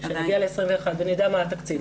כשנגיע ל-2021 ונדע מה התקציב,